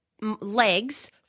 legs